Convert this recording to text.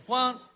one